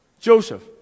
Joseph